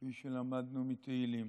כפי שלמדנו מתהילים.